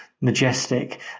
majestic